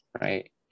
right